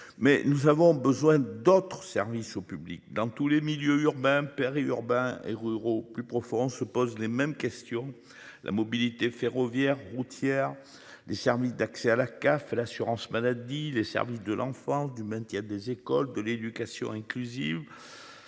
Mais nous avons besoin d'autres services au public dans tous les milieux urbains péri-urbains et ruraux plus profond se pose les mêmes questions. La mobilité ferroviaire routière des services d'accès à la CAF, l'assurance maladie, les services de l'enfant du maintien des écoles de l'éducation inclusive.